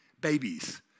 babies